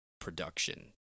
production